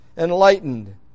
Enlightened